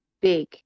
big